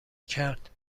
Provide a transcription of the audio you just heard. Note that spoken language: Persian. کرد